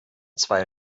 zwei